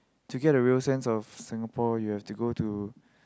to get a real sense of Singapore you have to go to